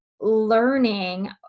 learning